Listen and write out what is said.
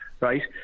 right